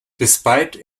despite